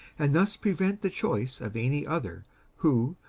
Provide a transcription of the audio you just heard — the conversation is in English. and thus prevent the choice of any other who,